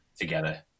together